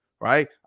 Right